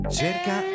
cerca